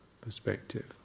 perspective